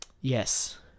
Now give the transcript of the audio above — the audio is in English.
yes